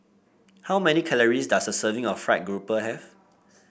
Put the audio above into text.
how many calories does a serving of fried grouper have